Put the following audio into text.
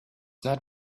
not